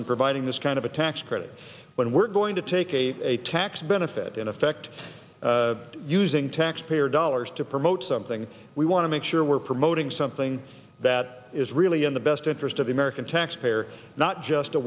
in providing this kind of a tax credit when we're going to take a tax benefit in effect using taxpayer dollars to promote something we want to make sure we're promoting something that is really in the best interest of the american taxpayer not just a